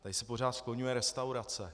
Tady se pořád skloňuje restaurace.